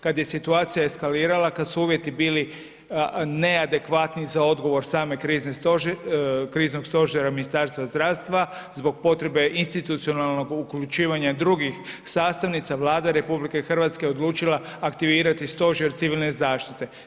Kada je situacija eskalirala, kada su uvjeti bili neadekvatni za odgovor samog Kriznog stožera Ministarstva zdravstva zbog potrebe institucionalnog uključivanja drugih sastavnica, Vlada RH je odlučila aktivirati Stožer civilne zaštite.